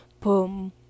Boom